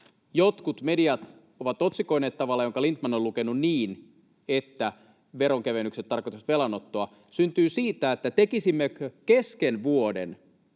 jotkut mediat ovat otsikoineet tavalla, jonka Lindtman on lukenut niin, että veronkevennykset tarkoittaisivat velanottoa, syntyy siitä, tekisimmekö kesken vuoden